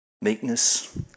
meekness